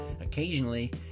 occasionally